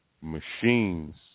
machines